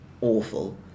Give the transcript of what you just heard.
awful